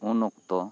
ᱩᱱ ᱚᱠᱛᱚ